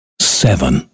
seven